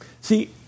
See